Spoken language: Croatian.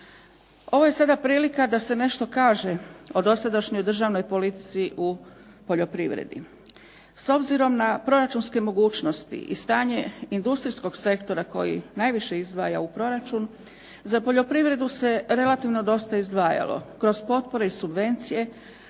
Ovo je sada prilika da se nešto kaže o dosadašnjoj državnoj politici u poljoprivredi. S obzirom na proračunske mogućnosti i stanje industrijskog sektora koji najviše izdvaja u proračun za poljoprivredu se relativno dosta izdvajalo kroz potpore i subvencije,